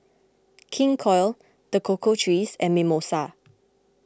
King Koil the Cocoa Trees and Mimosa